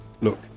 Look